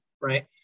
right